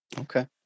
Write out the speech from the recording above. Okay